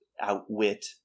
outwit